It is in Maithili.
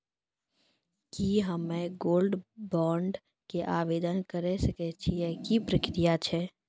की हम्मय गोल्ड बॉन्ड के आवदेन करे सकय छियै, की प्रक्रिया छै?